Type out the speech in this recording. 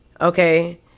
okay